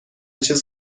چیز